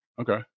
Okay